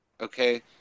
okay